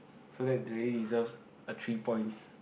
so that they really deserves a three points